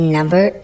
Number